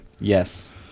Yes